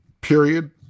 period